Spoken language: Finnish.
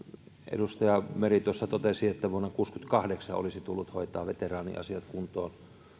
edustaja meri tuossa totesi että vuonna tuhatyhdeksänsataakuusikymmentäkahdeksan olisi tullut hoitaa veteraaniasiat kuntoon